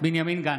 בנימין גנץ,